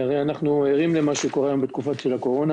אנחנו ערים מה שקורה בתקופת הקורונה.